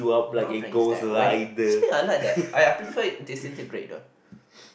my brain is dead wait actually I like that I I prefer it disintegrated